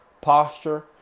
Posture